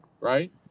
right